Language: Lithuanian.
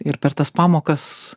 ir per tas pamokas